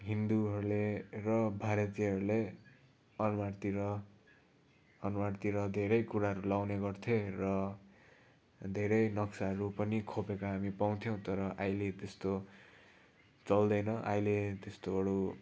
हिन्दूहरूले र भारतीयहरूले अनुहारतिर अनुहारतिर धेरै कुराहरू लाउने गर्थे र धेरै नक्साहरू पनि खोपेको हामी पाउँथ्यौँ तर अहिले त्यस्तो चल्दैन अहिले त्यस्तोहरू